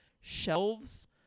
shelves